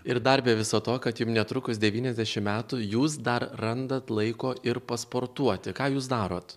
ir dar be viso to kad jum netrukus devyniasdešim metų jūs dar randat laiko ir pasportuoti ką jūs darot